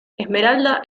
esmeralda